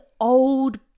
old